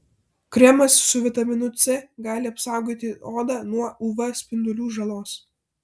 kremas su vitaminu c gali apsaugoti odą nuo uv spindulių žalos